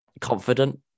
Confident